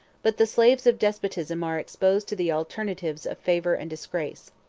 but the slaves of despotism are exposed to the alternatives of favor and disgrace.